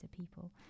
people